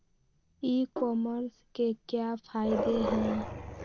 ई commerce के क्या फायदे हैं?